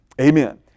Amen